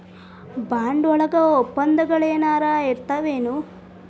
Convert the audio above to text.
Bond ವಳಗ ವಪ್ಪಂದಗಳೆನರ ಇರ್ತಾವೆನು?